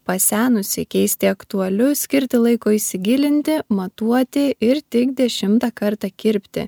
pasenusį keisti aktualiu skirti laiko įsigilinti matuoti ir tik dešimtą kartą kirpti